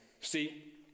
See